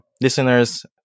listeners